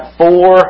four